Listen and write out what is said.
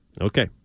Okay